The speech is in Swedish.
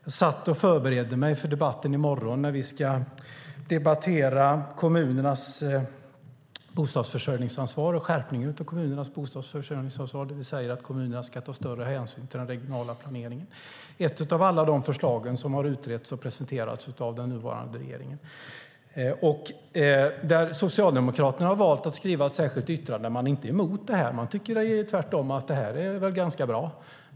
Jag satt och förberedde mig för i morgon då vi ska debattera kommunernas bostadsförsörjningsansvar och skärpningen av kommunernas bostadsförsörjningsansvar. Vi säger att kommunerna ska ta större hänsyn till den regionala planeringen. Det är ett av alla de förslag som har utretts och presenterats av den nuvarande regeringen. Socialdemokraterna har valt att skriva ett särskilt yttrande. Man är inte emot det här, utan man tycker tvärtom att det här är ganska bra.